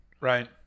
Right